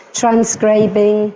transcribing